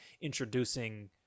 introducing